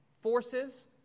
forces